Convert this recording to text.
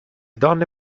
donne